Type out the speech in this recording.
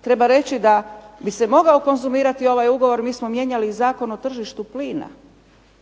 treba reći da bi se mogao konzumirati ovaj ugovor, mi smo mijenjali Zakon o tržištu plina